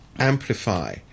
Amplify